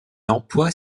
emploie